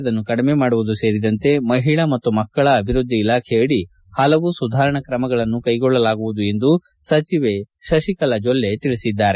ಅದನ್ನು ಕಡಿಮೆ ಮಾಡುವುದು ಸೇರಿದಂತೆ ಮಹಿಳಾ ಮತ್ತು ಮಕ್ಕಳ ಅಭಿವೃದ್ಧಿ ಇಲಾಖೆಯಡಿ ಪಲವು ಸುಧಾರಣಾ ತ್ರಮಗಳನ್ನು ಕೈಗೊಳ್ಳಲಾಗುವುದು ಎಂದು ಸಚಿವೆ ಶಶಿಕಲಾ ಜೊಲ್ಲೆ ಹೇಳಿದ್ದಾರೆ